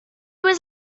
was